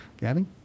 gabby